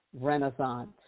renaissance